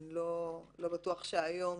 לא בטוח שהיום